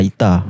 Ita